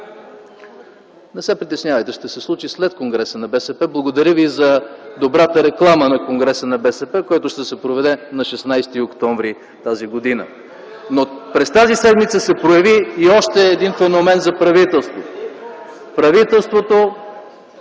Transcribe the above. Не се притеснявайте, ще се случи след Конгреса на БСП. Благодаря ви за добрата реклама за Конгреса на БСП, който ще се проведе на 16 октомври т.г. През тази седмица се появи и още един феномен за правителство.